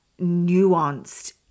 nuanced